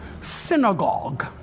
synagogue